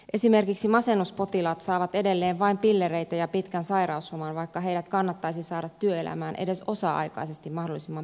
esimerkiksi masennuspotilaat saavat edelleen vain pillereitä ja pitkän sairausloman vaikka heidät kannattaisi saada työelämään edes osa aikaisesti mahdollisimman pian